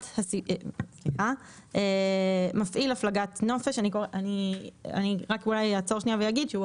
"מפעיל הפלגת נופש" הגורם